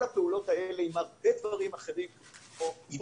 כל הפעולות האלה עם הרבה דברים אחרים וטכנולוגיה.